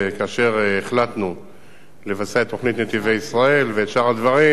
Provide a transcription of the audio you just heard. כאשר החלטנו לבצע את תוכנית "נתיבי ישראל" ושאר הדברים,